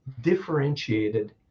differentiated